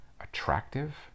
attractive